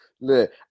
Look